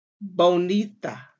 bonita